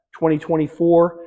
2024